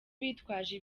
bitwaje